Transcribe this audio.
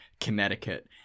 Connecticut